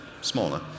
smaller